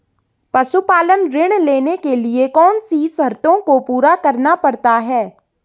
पशुपालन ऋण लेने के लिए कौन सी शर्तों को पूरा करना पड़ता है?